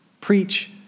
preach